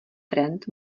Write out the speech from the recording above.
trend